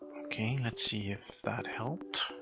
okay, let's see if that helped.